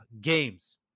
games